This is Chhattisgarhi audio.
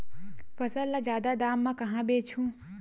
फसल ल जादा दाम म कहां बेचहु?